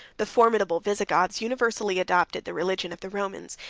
the formidable visigoths, universally adopted the religion of the romans,